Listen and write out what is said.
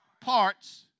parts